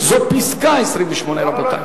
זאת פסקה 28, רבותי.